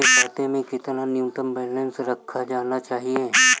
मेरे खाते में कितना न्यूनतम बैलेंस रखा जाना चाहिए?